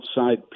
outside